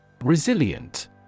Resilient